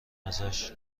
ازش